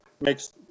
makes